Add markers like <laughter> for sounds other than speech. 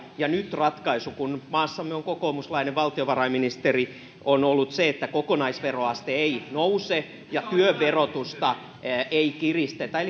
ja nyt ratkaisu kun maassamme on kokoomuslainen valtiovarainministeri on ollut se että kokonaisveroaste ei nouse ja työn verotusta ei ei kiristetä <unintelligible>